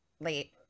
late